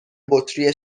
بطری